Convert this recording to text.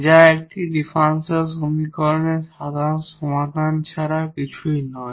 যা একটি ডিফারেনশিয়াল সমীকরণের সাধারণ সমাধান ছাড়া কিছুই নয়